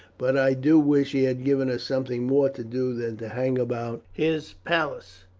but i do wish he had given us something more to do than to hang about his palace.